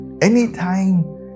Anytime